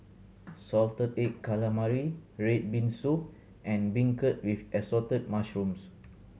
salted egg calamari red bean soup and beancurd with Assorted Mushrooms